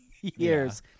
years